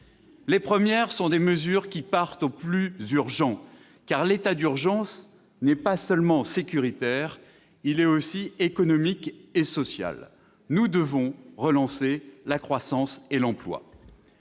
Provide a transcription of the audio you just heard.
Les premières parent au plus urgent. En effet, l'état d'urgence n'est pas seulement sécuritaire ; il est aussi économique et social : nous devons relancer la croissance et l'emploi.